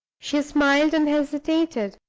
she smiled and hesitated.